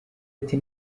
ati